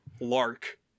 lark